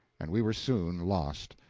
and we were soon lost.